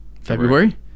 February